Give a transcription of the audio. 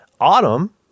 autumn